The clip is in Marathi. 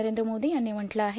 नरेंद्र मोदी यांनी म्हटलं आहे